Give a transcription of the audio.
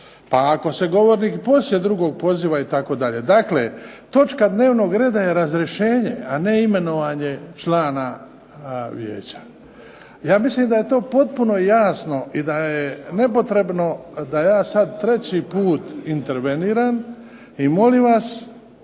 pa ako se govornik i poslije drugog poziva itd." Dakle, točka dnevnog reda je razrješenje, a ne imenovanje člana vijeća. Ja mislim da je to potpuno jasno i da je nepotrebno da ja sam treći put interveniram. I molim vas